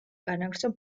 განაგრძო